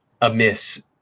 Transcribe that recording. amiss